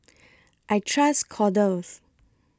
I Trust Kordel's